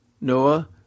Noah